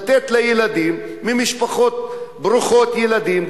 לתת לילדים במשפחות ברוכות ילדים,